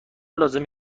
لازمه